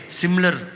similar